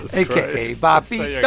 aka bobbito yeah